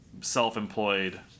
self-employed